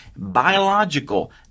biological